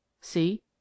see